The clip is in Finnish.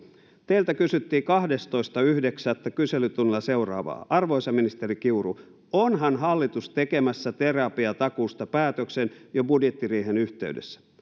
teiltä kysyttiin kahdestoista yhdeksättä kyselytunnilla seuraavaa arvoisa ministeri kiuru onhan hallitus tekemässä terapiatakuusta päätöksen jo budjettiriihen yhteydessä